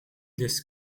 this